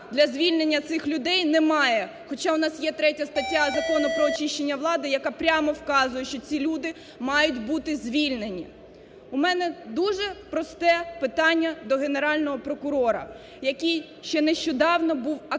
для звільнення цих людей немає. Хоча у нас є 3 стаття Закону про очищення влади, яка прямо вказує, що ці люди мають бути звільнені. У мене дуже просте питання до Генерального прокурора, який ще нещодавно був активним